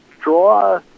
draw